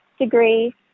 degree